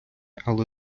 але